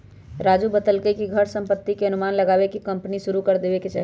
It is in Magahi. राजू बतलकई कि घर संपत्ति के अनुमान लगाईये के कम्पनी शुरू करे के चाहि